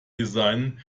designen